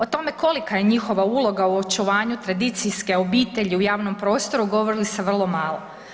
O tome kolika je njihova uloga u očuvanju tradicijske obitelji u javnom prostoru govori se vrlo malo.